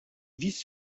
vice